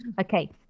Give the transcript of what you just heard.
Okay